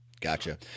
Gotcha